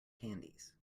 candies